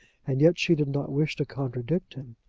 and yet she did not wish to contradict him.